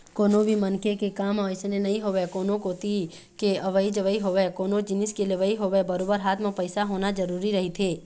कोनो भी मनखे के काम ह अइसने नइ होवय कोनो कोती के अवई जवई होवय कोनो जिनिस के लेवई होवय बरोबर हाथ म पइसा होना जरुरी रहिथे